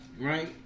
right